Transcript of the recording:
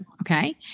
okay